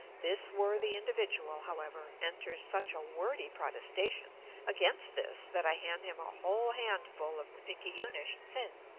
this worthy individual, however, enters such a wordy protestation against this that i hand him a whole handful of the picayunish tsin.